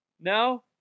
No